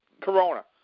corona